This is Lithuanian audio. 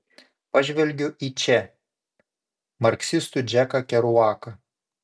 pažvelgiu į če marksistų džeką keruaką